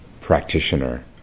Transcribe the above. practitioner